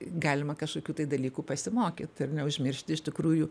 galima kašokių tai dalykų pasimokyt ir neužmiršt iš tikrųjų